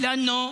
כי יש,